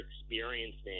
experiencing